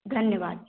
धन्यवाद